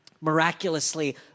Miraculously